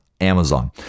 Amazon